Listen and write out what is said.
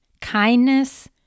kindness